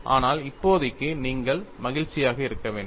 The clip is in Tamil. ஆனால் இப்போதைக்கு நீங்கள் மகிழ்ச்சியாக இருக்க வேண்டும்